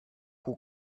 who